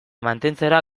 mantentzera